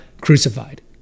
crucified